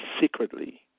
secretly